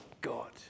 God